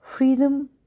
Freedom